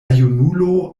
junulo